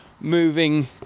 moving